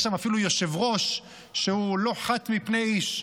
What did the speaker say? יש שם אפילו יושב-ראש שהוא לא חת מפני איש.